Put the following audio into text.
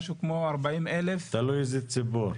משהו כמו 40,000. תלוי איזה ציבור.